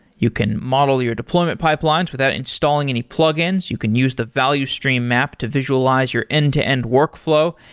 you can model your deployment pipelines without installing any plugins. you can use the value stream map to visualize your end-to-end workflow.